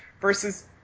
versus